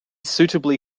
suitably